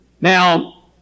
now